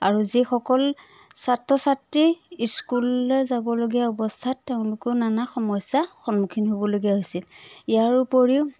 আৰু যিসকল ছাত্ৰ ছাত্ৰী স্কুললৈ যাবলগীয়া অৱস্থাত তেওঁলোকেও নানা সমস্যাৰ সন্মুখীন হ'বলগীয়া হৈছিল ইয়াৰ উপৰিও